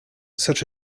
such